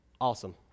awesome